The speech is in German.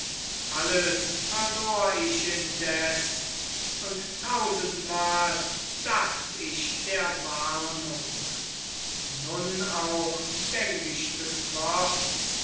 alles verlor ich indes und tausendmal dacht ich der warnung nun auch denk ich des worts